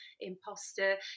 imposter